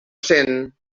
cent